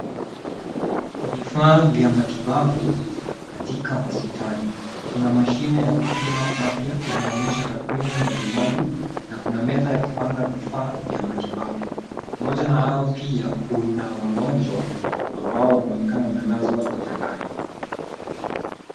Vifaa vya matibabu katika hospitali. Kuna mashine ya kupima afya, inaonyesha takwimu mbalimbali na kuna meza ya kupanga vifaa vya matibabu. Moja na hayo pia, kuna wagonjwa ambao wanaonekana wamelazwa vitandani.